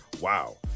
Wow